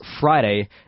Friday